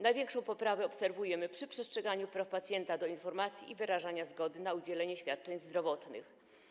Największą poprawę obserwujemy w przypadku przestrzegania praw pacjenta do informacji i wyrażania zgody na udzielenie świadczeń zdrowotnych.